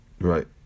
Right